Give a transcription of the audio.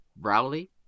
Rowley